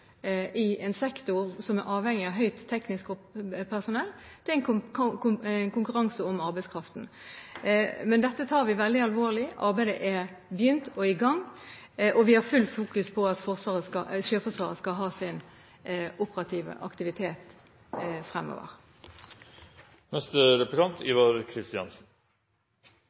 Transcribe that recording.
i en sektor som er avhengig av høyt utdannet teknisk personell, nemlig at det er konkurranse om arbeidskraften. Dette tar vi veldig alvorlig. Arbeidet har begynt og er i gang, og vi har fullt fokus på at Sjøforsvaret skal ha sin operative aktivitet fremover.